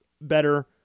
better